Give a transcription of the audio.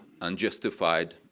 unjustified